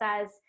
says